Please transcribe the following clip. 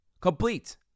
Complete